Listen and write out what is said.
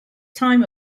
time